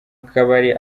kabari